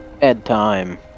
Bedtime